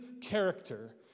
character